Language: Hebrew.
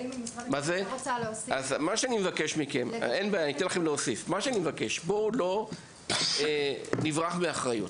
אני מבקש, בואו לא נברח מאחריות.